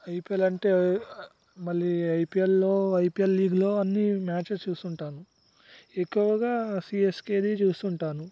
IPL అంటే మళ్ళీ ఐపీఎల్లో ఐపీల్ లీగ్లో అన్ని మ్యాచెస్ చూస్తుంటాను ఎక్కువగా సీఎస్కేదే చూస్తుంటాను